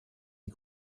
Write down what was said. die